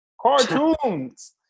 Cartoons